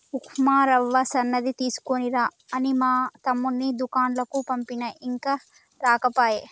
ఉప్మా రవ్వ సన్నది తీసుకురా అని మా తమ్ముణ్ణి దూకండ్లకు పంపిన ఇంకా రాకపాయె